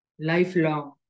lifelong